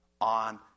on